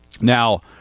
now